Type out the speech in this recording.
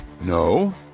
No